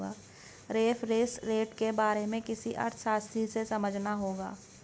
reference rate के बारे में किसी अर्थशास्त्री से समझना होगा